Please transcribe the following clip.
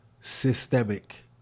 systemic